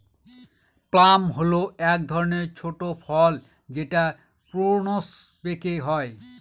plum হল এক ধরনের ছোট ফল যেটা প্রুনস পেকে হয়